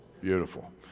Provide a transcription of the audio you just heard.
Beautiful